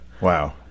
Wow